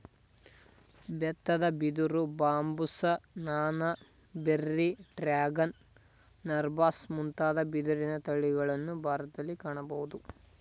ಬೆತ್ತದ ಬಿದಿರು, ಬಾಂಬುಸ, ನಾನಾ, ಬೆರ್ರಿ, ಡ್ರ್ಯಾಗನ್, ನರ್ಬಾಸ್ ಮುಂತಾದ ಬಿದಿರಿನ ತಳಿಗಳನ್ನು ಭಾರತದಲ್ಲಿ ಕಾಣಬೋದು